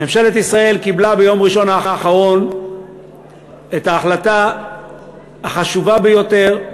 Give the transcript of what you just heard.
ממשלת ישראל קיבלה ביום ראשון האחרון את ההחלטה החשובה ביותר,